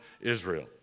Israel